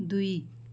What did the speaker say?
दुई